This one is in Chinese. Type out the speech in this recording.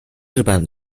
日本